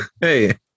hey